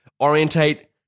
orientate